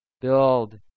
build